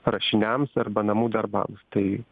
rašiniams arba namų darbams tai